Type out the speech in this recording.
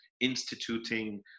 instituting